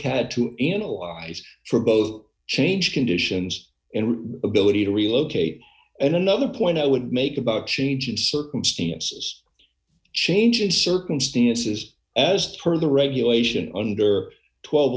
had to analyze for both d change conditions and ability to relocate and another point i would make about changing circumstances change of circumstances as per the regulation under twelve